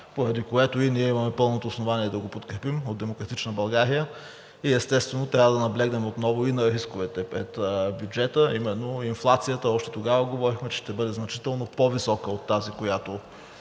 България“ имаме пълното основание да го подкрепим. Естествено, трябва да наблегнем отново и на рисковете пред бюджета, а именно инфлацията. Още тогава говорихме, че ще бъде значително по-висока от тази, която